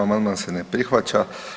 Amandman se ne prihvaća.